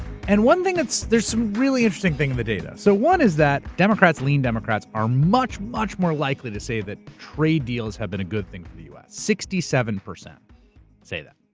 and one thing, there's some really interesting thing in the data. so one is that democrats, lean democrats are much, much more likely to say that trade deals have been a good thing for the u. s. sixty seven percent say that,